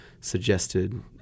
suggested